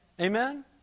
Amen